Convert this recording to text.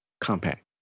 compact